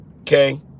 okay